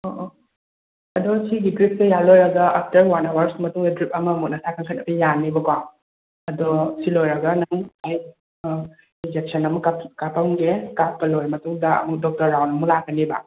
ꯑꯣ ꯑꯣ ꯑꯗꯣ ꯑꯁꯤꯒꯤ ꯗ꯭ꯔꯤꯞꯁꯦ ꯌꯥꯜ ꯂꯣꯏꯔꯒ ꯑꯥꯞꯇꯔ ꯋꯥꯟ ꯑꯋꯥꯔꯁ ꯃꯇꯨꯡꯗ ꯗ꯭ꯔꯤꯞ ꯑꯃꯃꯨꯛ ꯅꯁꯥ ꯀꯟꯈꯠꯅꯕ ꯌꯥꯟꯅꯦꯕꯀꯣ ꯑꯗꯣ ꯑꯁꯤ ꯂꯣꯏꯔꯒ ꯅꯪ ꯏꯟꯖꯦꯛꯁꯟ ꯑꯃ ꯀꯥꯞ ꯀꯥꯞꯄꯝꯒꯦ ꯀꯥꯞꯄ ꯂꯣꯏꯔ ꯃꯇꯨꯡꯗ ꯑꯃꯨꯛ ꯗꯣꯛꯇꯔ ꯔꯥꯎꯟ ꯑꯃ ꯂꯥꯛꯀꯅꯦꯕ